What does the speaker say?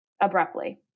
abruptly